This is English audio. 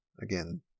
again